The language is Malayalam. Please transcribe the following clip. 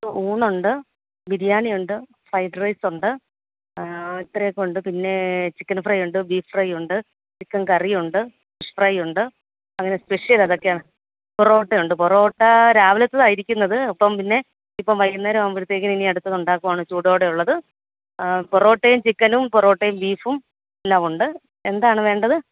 ഊണുണ്ട് ബിരിയാണി ഉണ്ട് ഫ്രൈഡ് റൈസ് ഉണ്ട് ഇത്രയൊക്കെ ഉണ്ട് പിന്നെ ചിക്കൻ ഫ്രൈ ഉണ്ട് ബീഫ് ഫ്രൈ ഉണ്ട് ചിക്കൻ കറിയുണ്ട് ഫിഷ് ഫ്രൈ ഉണ്ട് അങ്ങനെ സ്പെഷ്യൽ അതൊക്കെയാണ് പൊറോട്ട ഉണ്ട് പൊറോട്ടാ രാവിലത്തത ഇരിക്കുന്നത് ഇപ്പം പിന്നെ ഇപ്പം വൈകുന്നേരം ആകുമ്പോഴത്തേക്ക് ഇനി അടുത്തത് ഉണ്ടാക്കുവാണ് ചൂടോടെ പൊറോട്ടീം ചിക്കനും പൊറോട്ടീം ബീഫും എല്ലാം ഉണ്ട് എന്താണ് വേണ്ടത്